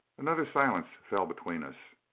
another silence fell between us.